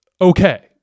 okay